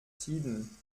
tiden